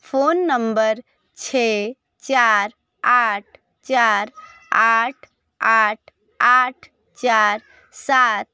phone number छ चार आठ चार आठ आठ आठ चार सात